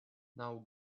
now